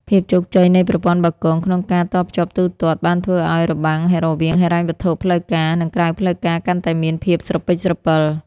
ភាពជោគជ័យនៃប្រព័ន្ធបាគងក្នុងការតភ្ជាប់ទូទាត់ បានធ្វើឱ្យ "របាំង" រវាងហិរញ្ញវត្ថុផ្លូវការ និងក្រៅផ្លូវការកាន់តែមានភាពស្រពិចស្រពិល។